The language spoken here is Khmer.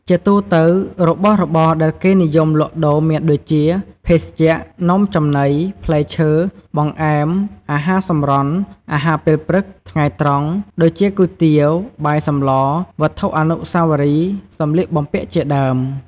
ជាទូទៅ របស់របរដែលគេនិយមលក់ដូរមានដូចជា ភេសជ្ជៈ នំចំណី ផ្លែឈើ បង្អែម អាហារសម្រន់ អាហារពេលព្រឹក ថ្ងៃត្រង់ ដូចជាគុយទាវ បាយសម្ល វត្ថុអនុស្សាវរីយ៍ សំលៀកបំពាក់ជាដើម។